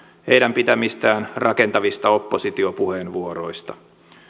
heidän pitämistään rakentavista oppositiopuheenvuoroista